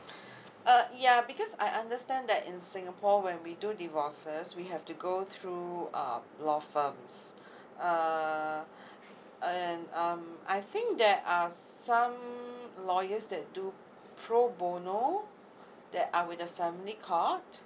uh ya because I understand that in singapore when we do divorces we have to go through um law firms err and um I think there are some lawyers that do pro bono that are with the family court